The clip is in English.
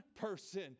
person